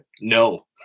no